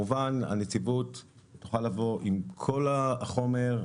הנציבות כמובן תוכל לבוא עם כל החומר,